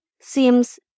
seems